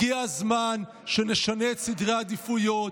הגיע הזמן שנשנה את סדר העדיפויות.